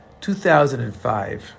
2005